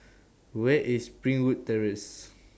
Where IS Springwood Terrace